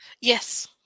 Yes